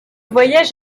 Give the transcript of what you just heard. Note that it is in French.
voyage